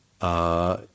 Uh